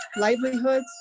livelihoods